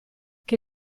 che